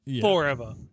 forever